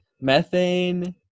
methane